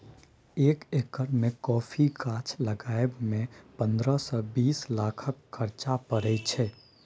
एक एकर मे कॉफी गाछ लगाबय मे पंद्रह सँ बीस लाखक खरचा परय छै